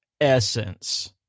essence